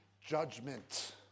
Judgment